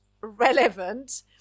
relevant